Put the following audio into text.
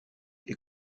est